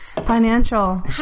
Financial